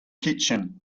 kitchen